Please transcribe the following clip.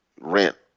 rent